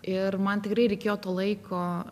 ir man tikrai reikėjo to laiko